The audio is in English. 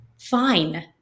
fine